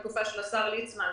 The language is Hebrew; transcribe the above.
בתקופה של השר ליצמן,